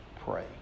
pray